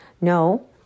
no